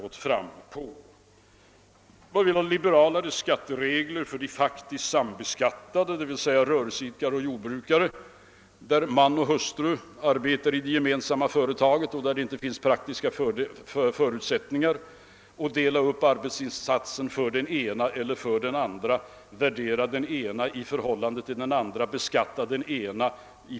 Mittenpartierna vill vidare ha liberalare skatteregler för de faktiskt sambeskattade, d.v.s. rörelseidkare och jordbrukare i de fall där man och hustru arbetar i det gemensamma företaget och där det inte finns praktiska förutsättningar att dela upp arbetsinsatsen på dessa två och beskatta dem med utgångspunkt i denna värdering.